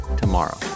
tomorrow